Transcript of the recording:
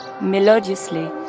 melodiously